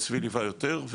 וצבי ליווה יותר,